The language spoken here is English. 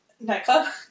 Nightclub